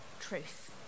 Truth